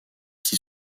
qui